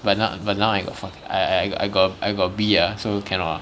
but now but now I got fuc~ I I got I got I got B ah so cannot lah